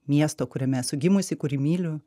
miesto kuriame esu gimusi kurį myliu